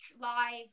live